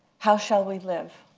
how shall we live?